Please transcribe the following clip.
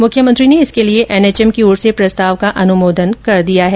मुख्यमंत्री ने इसके लिए एनएचएम की ओर से प्रस्ताव का अनुमोदन कर दिया है